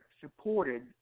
supported